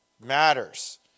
matters